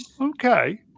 okay